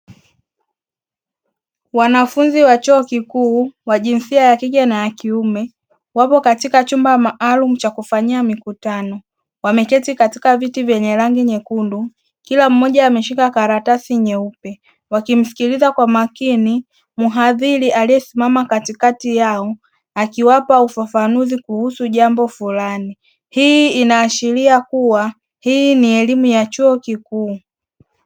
Wanafunzi wa chuo kikuu wa jinsia ya kike na ya kiume wapo katika chumba maalumu cha kufanyia mikutano, wameketi katika viti vyenye rangi nyekundu, kila mmoja ameshika karatasi nyeupe wakimsikiliza kwa makini muhadhiri aliyesimama katikati yao akiwapa ufafanuzi kuhusu jambo fulani hii inaashilia kuwa hii ni elimu ya chuo kikuu.